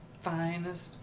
finest